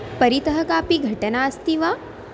परितः कापि घटना अस्ति वा